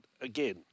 again